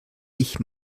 ich